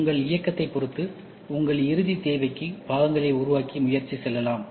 உங்கள் இயக்கத்தை பொறுத்து உங்கள் இறுதித் தேவைக்கு பாகங்களை உருவாக்க முயற்சி செய்யலாம்